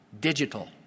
digital